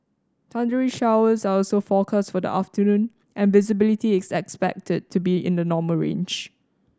thundery showers are also forecast for the afternoon and visibility is expected to be in the normal range